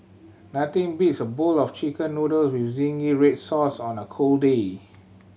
nothing beats a bowl of Chicken Noodle with zingy red sauce on a cold day